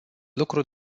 lucru